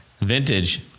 vintage